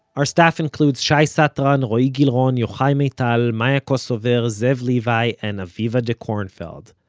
our staff includes shai satran, roee gilron, yochai maital, maya kosover, zev levi and aviva dekornfeld.